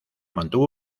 mantuvo